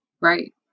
Right